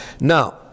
Now